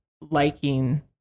liking